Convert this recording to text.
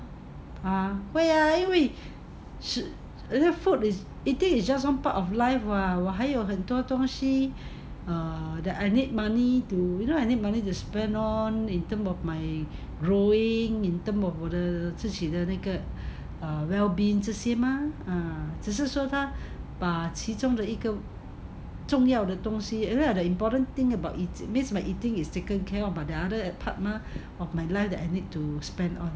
!huh! 会 ah 因为 food is eating is just one part of life [what] 我还有很多东西 err that I need money to you know I need money to spend on in terms of my growing in terms of uh 自己的那个 uh well being 这些 mah 只是说他把其中的一个重要的东西 area the important thing about it means my eating is taken care of but there are other parts mah of my life that I need to spend on